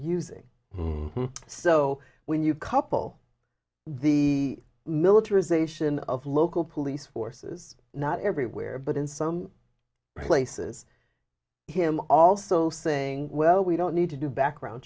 using so when you couple the militarization of local police forces not everywhere but in some places him also saying well we don't need to do background